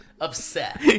upset